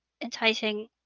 enticing